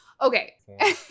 Okay